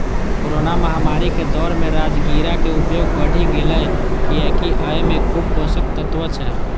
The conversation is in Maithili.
कोरोना महामारी के दौर मे राजगिरा के उपयोग बढ़ि गैले, कियैकि अय मे खूब पोषक तत्व छै